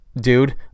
dude